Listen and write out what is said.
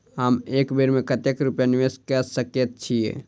हम एक बेर मे कतेक रूपया निवेश कऽ सकैत छीयै?